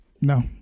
No